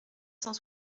cent